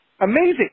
amazing